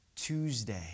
Tuesday